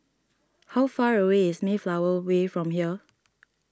how far away is Mayflower Way from here